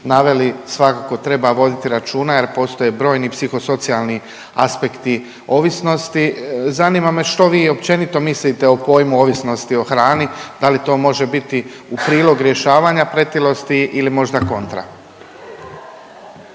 naveli svakako treba voditi računa jer postoje brojni psihosocijalni aspekti ovisnosti. Zanima me što vi općenito mislite o pojmu ovisnosti o hrani? Da li to može biti u prilog rješavanja pretilosti ili možda kontra?